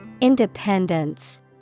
Independence